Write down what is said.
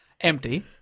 Empty